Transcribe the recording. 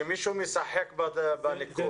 שמישהו משחק בניקוד.